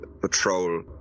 patrol